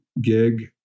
gig